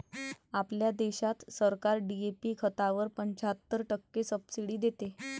आपल्या देशात सरकार डी.ए.पी खतावर पंच्याहत्तर टक्के सब्सिडी देते